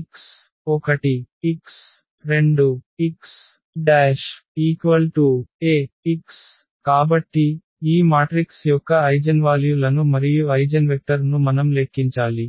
x1 x2 X Ax కాబట్టి ఈ matrix యొక్క ఐగెన్వాల్యు లను మరియు ఐగెన్వెక్టర్ ను మనం లెక్కించాలి